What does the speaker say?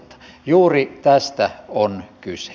juuri tästä on kyse